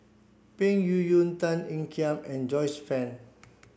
Peng Yuyun Tan Ean Kiam and Joyce Fan